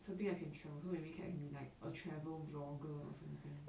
something I can travel so maybe can like a travel blogger or something